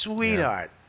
Sweetheart